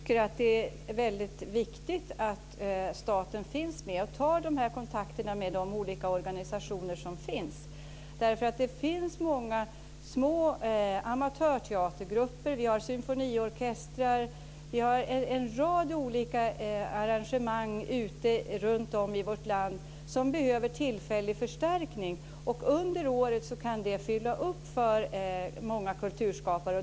Fru talman! Det är just därför vi tycker att det är väldigt viktigt att staten finns med och tar de här kontakterna med de olika organisationer som finns. Vi har många små amatörteatergrupper, vi har symfoniorkestrar, vi har en rad olika arrangemang runtom i vårt land som behöver tillfällig förstärkning, och under året kan detta fylla upp för många kulturskapare.